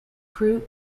crew